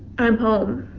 i'm home.